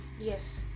yes